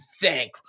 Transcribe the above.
thank